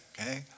okay